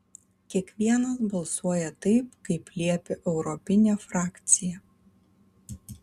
kiekvienas balsuoja taip kaip liepia europinė frakcija